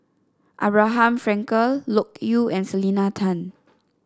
Abraham Frankel Loke Yew and Selena Tan